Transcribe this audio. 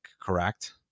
correct